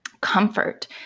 comfort